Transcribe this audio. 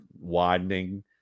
widening